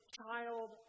child